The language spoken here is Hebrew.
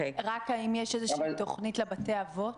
רק האם יש איזושהי תכנית לבתי אבות?